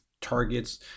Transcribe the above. targets